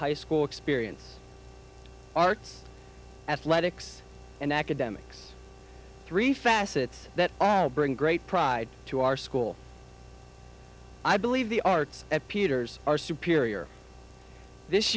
high school experience arts athletics and academics three facets that bring great pride to our school i believe the arts at peters are superior this